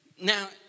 now